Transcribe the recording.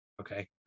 Okay